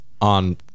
On